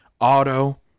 auto